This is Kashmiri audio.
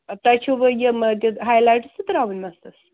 تۄہہِ چھُوٕ یِمہٕ ڈِز ہاے لایٹٕس تہِ ترٛاوٕنۍ مستَس